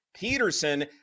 Peterson